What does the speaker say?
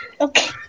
Okay